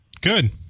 Good